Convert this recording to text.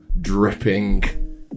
dripping